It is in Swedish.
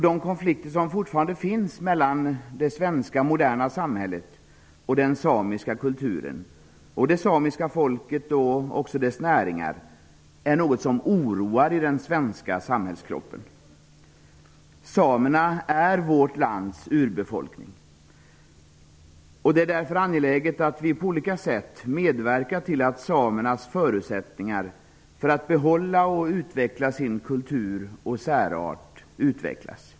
De konflikter som fortfarande finns mellan det moderna svenska samhället och den samiska kulturen, det samiska folket och även dess näringar är något som oroar i den svenska samhällskroppen. Samerna är vårt lands urbefolkning. Det är därför angeläget att vi på olika sätt medverkar till att samernas förutsättningar att behålla och utveckla sin kultur och särart ökar.